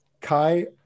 Kai